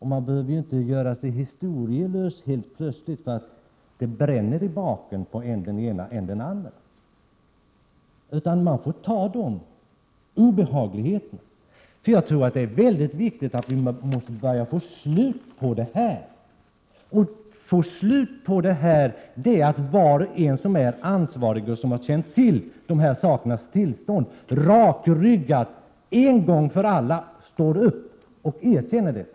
Man behöver inte helt plötsligt göra sig historielös bara därför att det bränner i baken på än den ene, än den andre, utan man får stå ut med obehagligheterna. Vi måste få ett slut på dessa vapenaffärer och allt som rör sig kring dem. För att kunna få det måste var och en i ansvarig ställning som har känt till sakernas tillstånd, rakryggat och en gång för alla säga sanningen.